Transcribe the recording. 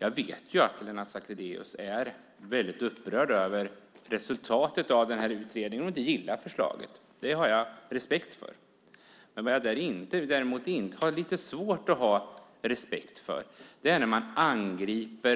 Jag vet att Lennart Sacrédeus är väldigt upprörd över resultatet av den här utredningen och att han inte gillar förslaget. Det har jag respekt för. Däremot har jag lite svårt att ha respekt om man angriper